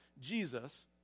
Jesus